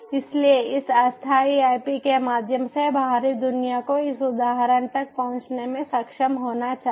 इसलिए इस अस्थायी आई पी के माध्यम से बाहरी दुनिया को इस उदाहरण तक पहुंचने में सक्षम होना चाहिए